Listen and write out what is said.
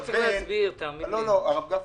דברי הרב גפני.